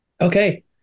Okay